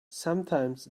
sometimes